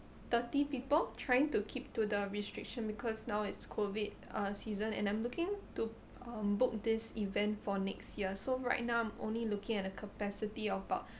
thirty people trying to keep to the restriction because now it's COVID uh season and I'm looking to uh book this event for next year so right now I'm only looking at a capacity of about